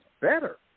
better